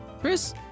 Chris